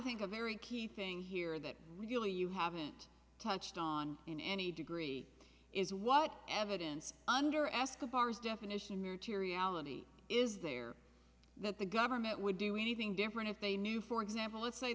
think a very key thing here that really you haven't touched on in any degree is what evidence under ask the bar is definition materiality is there that the government would do anything different if they knew for example let's say